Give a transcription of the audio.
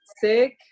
sick